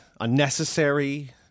unnecessary